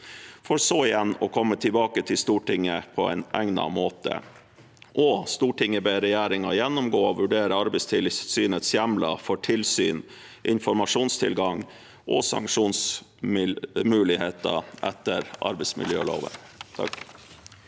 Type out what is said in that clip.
og komme tilbake til Stortinget på egnet måte», og at «Stortinget ber regjeringen gjennomgå og vurdere Arbeidstilsynets hjemler for tilsyn, informasjonstilgang og sanksjonsmuligheter etter arbeidsmiljøloven».